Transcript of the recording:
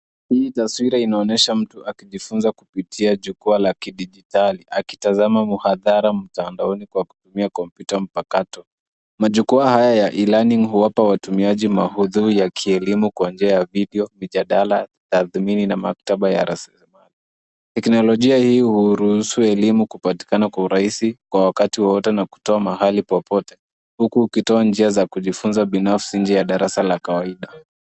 Hii taswira inaonyesha mtu akijifunza kupitia jukwa la kidijitali akitazama muhadhara mtandaoni akitumia kompyuta mpakato. Majukwaa haya ya e-learning huwapa watumiaji maudhui ya kielimu kwa njia ya video, mijadala, tatathmini na maktaba ya rasilimali. Teknolojia hii huruhusu elimu kupatikana kwa urahisi kwa wakati wowote na kkutoa mahali popote huku ukitoa njia za kujifunza binafsi nje ya darasa la kawaida.